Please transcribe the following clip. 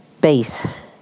base